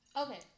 Okay